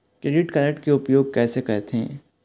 Credit card के उपयोग कैसे करथे?